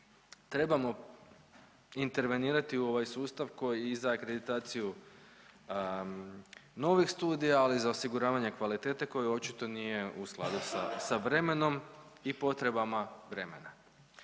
trebamo intervenirati u ovaj sustav koji i za akreditaciju novih studija, ali i za osiguravanje kvalitete koja očito nije u skladu sa vremenom i potrebama vremena.